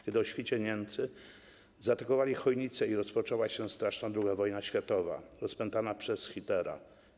Wtedy o świcie Niemcy zaatakowali Chojnice i rozpoczęła się straszna II wojna światowa rozpętana przez Hitlera.